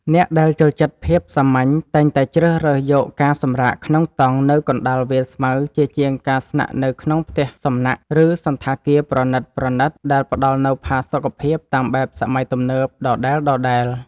អ្នកដែលចូលចិត្តភាពសាមញ្ញតែងតែជ្រើសរើសយកការសម្រាកក្នុងតង់នៅកណ្ដាលវាលស្មៅជាជាងការស្នាក់នៅក្នុងផ្ទះសំណាក់ ឬ សណ្ឋាគារប្រណីតៗដែលផ្តល់នូវផាសុកភាពតាមបែបសម័យទំនើបដដែលៗ។